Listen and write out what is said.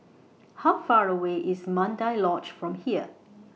How Far away IS Mandai Lodge from here